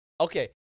Okay